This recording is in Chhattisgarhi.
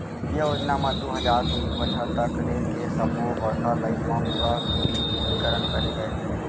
ये योजना म दू हजार तेइस बछर तक रेल के सब्बो बड़का लाईन म पूरा बिद्युतीकरन करे गय हे